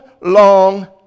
long